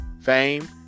Fame